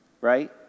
right